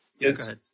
Yes